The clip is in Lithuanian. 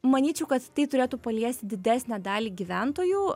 manyčiau kad tai turėtų paliesti didesnę dalį gyventojų